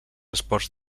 esports